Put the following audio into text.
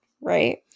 right